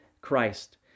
Christ